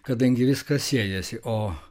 kadangi viskas siejasi o